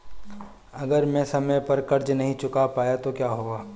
अगर मैं समय पर कर्ज़ नहीं चुका पाया तो क्या होगा?